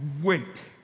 Wait